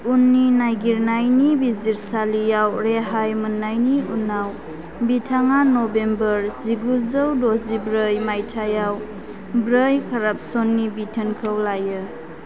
उननि नायगिरनायनि बिजिरसालियाव रेहाय मोननायनि उनाव बिथाङा नभेम्बर जिगुजौ द'जिब्रै मायथाइयाव ब्रै कारापशननि बिथोनखौ लायो